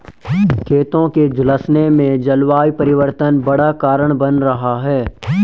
खेतों के झुलसने में जलवायु परिवर्तन बड़ा कारण बन रहा है